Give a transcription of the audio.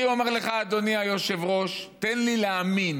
אני אומר לך, אדוני היושב-ראש, תן לי להאמין: